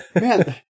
Man